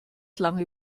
lange